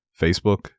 Facebook